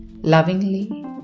lovingly